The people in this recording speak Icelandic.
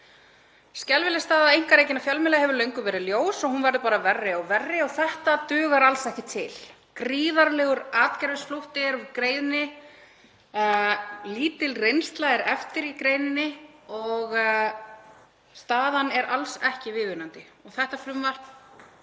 Skelfileg staða einkarekinna fjölmiðla hefur löngum verið ljós, hún verður bara verri og þetta dugar alls ekki til. Gríðarlegur atgervisflótti er úr greininni, lítil reynsla er eftir í greininni og staðan er alls ekki viðunandi. Og þetta frumvarp,